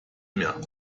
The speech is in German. mehr